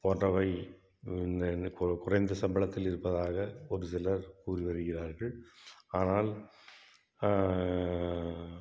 போன்றவை இந்த நி கு குறைந்த சம்பளத்தில் இருப்பதாக ஒரு சிலர் கூறி வருகிறார்கள் ஆனால்